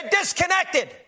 disconnected